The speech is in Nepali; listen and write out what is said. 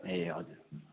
ए हजुर